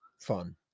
Fun